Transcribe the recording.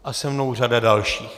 A se mnou řada dalších.